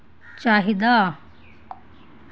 चाहिदा